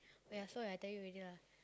oh ya so I tell you already lah